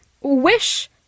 Wish